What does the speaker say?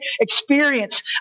experience